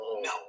no